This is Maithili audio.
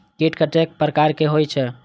कीट कतेक प्रकार के होई छै?